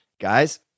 Guys